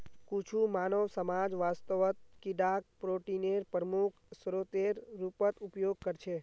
कुछु मानव समाज वास्तवत कीडाक प्रोटीनेर प्रमुख स्रोतेर रूपत उपयोग करछे